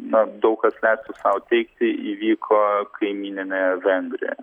na daug kas leistų sau teigti įvyko kaimyninėje vengrijoje